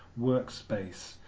workspace